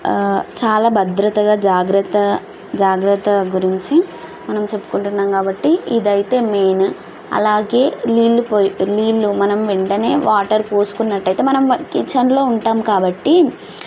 చాలా భద్రతగా జాగ్రత్త జాగ్రత్త గురించి మనం చెప్పుకుంటున్నాం కాబట్టి ఇదైతే మెయిన్ అలాగే నీళ్లు పోయి నీళ్లు మనం వెంటనే వాటర్ పోసుకున్నట్టయితే మనం మన కిచెన్లో ఉంటాం కాబట్టి